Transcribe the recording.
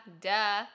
Duh